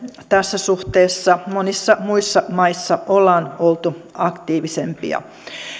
tässä suhteessa monissa muissa maissa ollaan oltu aktiivisempia